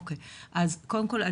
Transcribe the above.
אוקיי אז קודם כל,